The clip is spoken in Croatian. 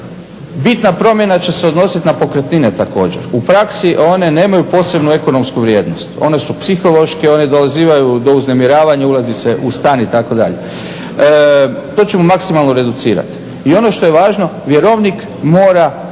Bitna promjena će se odnositi na pokretnine također. U praksi one nemaju posebnu ekonomsku vrijednost, one su psihološke, one dozivaju do uznemiravanja, ulazi se u stan itd. To ćemo maksimalno reducirati. I ono što je važno vjerovnik mora